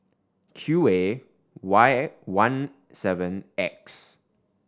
Q A Y one seven X